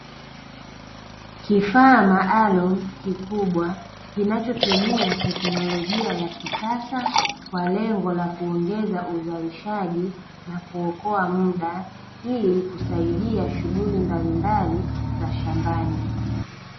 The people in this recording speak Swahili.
Kifaa maalum kikubwa kinachotumia teknolojia ya kisasa kwa lengo la kuongeza uzalishaji na kuokoa muda ili kusaidia shughuli mbalimbali za shambani.